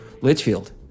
Litchfield